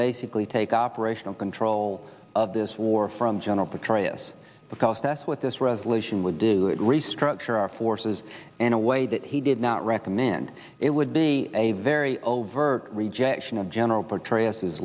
basically take operational control of this war from general petraeus because that's what this resolution would do it restructure our forces in a way that he did not recommend it would be a very overt rejection of general traces his